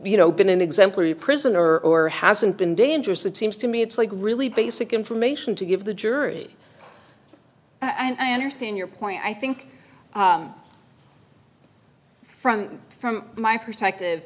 you know been an exemplary prisoner or hasn't been dangerous it seems to me it's like really basic information to give the jury i understand your point i think from from my perspective